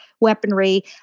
weaponry